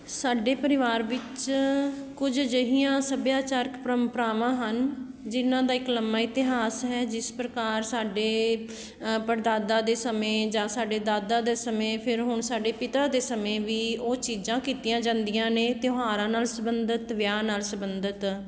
ਸਾਡੇ ਪਰਿਵਾਰ ਵਿੱਚ ਕੁਝ ਅਜਿਹੀਆਂ ਸੱਭਿਆਚਾਰਕ ਪਰੰਪਰਾਵਾਂ ਹਨ ਜਿਨ੍ਹਾਂ ਦਾ ਇੱਕ ਲੰਮਾ ਇਤਿਹਾਸ ਹੈ ਜਿਸ ਪ੍ਰਕਾਰ ਸਾਡੇ ਪੜਦਾਦਾ ਦੇ ਸਮੇਂ ਜਾਂ ਸਾਡੇ ਦਾਦਾ ਦੇ ਸਮੇਂ ਫੇਰ ਹੁਣ ਸਾਡੇ ਪਿਤਾ ਦੇ ਸਮੇਂ ਵੀ ਉਹ ਚੀਜ਼ਾਂ ਕੀਤੀਆਂ ਜਾਂਦੀਆਂ ਨੇ ਤਿਉਹਾਰਾਂ ਨਾਲ ਸੰਬੰਧਿਤ ਵਿਆਹ ਨਾਲ ਸੰਬੰਧਿਤ